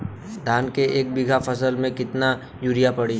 धान के एक बिघा फसल मे कितना यूरिया पड़ी?